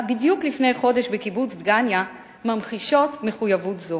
בדיוק לפני חודש בקיבוץ דגניה ממחישות מחויבות זו.